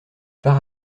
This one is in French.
par